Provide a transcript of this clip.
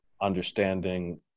understanding